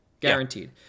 Guaranteed